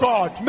God